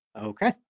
Okay